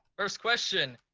first question,